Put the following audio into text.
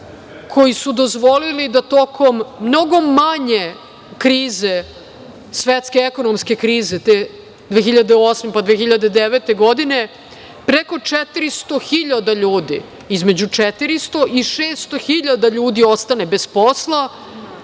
koji su dozvolili da tokom mnogo manje krize, svetske ekonomske krize 2008, 2009. godine, preko 400.000 ljudi, između 400 i 600 hiljada ljudi ostane bez posla,